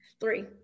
three